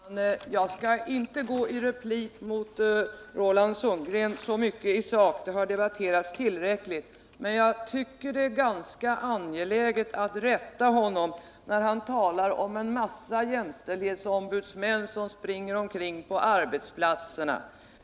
Herr talman! Jag skall inte gå i replik mot Roland Sundgren så mycket i sak — frågorna har debatterats tillräckligt — men jag tycker att det är ganska angeläget att rätta honom när han talar om en massa jämställdhetsombudsmän, som springer omkring på arbetsplatserna.